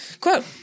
Quote